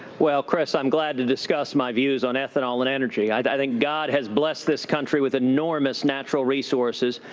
well, chris, i'm glad to discuss my views on ethanol and energy. i think god has blessed this country with enormous natural resources,